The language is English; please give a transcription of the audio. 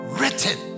written